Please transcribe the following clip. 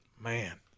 Man